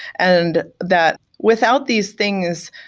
and that without these things,